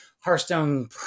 Hearthstone